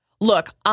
look